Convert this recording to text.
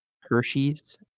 Hershey's